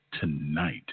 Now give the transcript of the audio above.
tonight